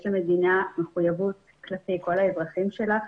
יש למדינה מחויבות כלפי כל האזרחים שלה,